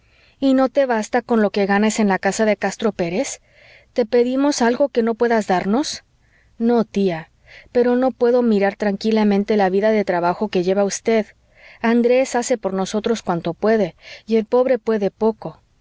y no te basta con lo que ganas en la casa de castro pérez te pedimos algo que no puedas darnos no tía pero no puedo mirar tranquilamente la vida de trabajo que lleva usted andrés hace por nosotros cuanto puede y el pobre puede poco